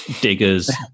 diggers